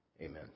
Amen